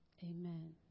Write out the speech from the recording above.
Amen